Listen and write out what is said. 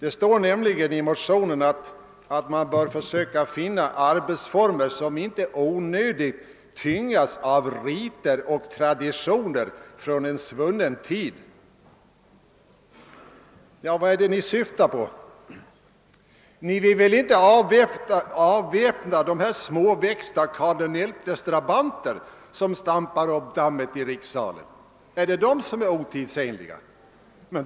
I motionen heter det nämligen att riksdagens arbetsformer inte bör »onödig! tyngas av riter och traditioner från cen svunnen tid«. Vart är det ni syftar? Ni vill väl inte avväpna de småväxta Karl XI:s drabanter, som stampar upp dammet i Rikssalen? är det de som är otidsenliga?